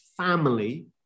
family